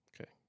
Okay